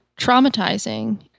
traumatizing